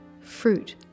fruit